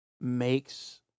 makes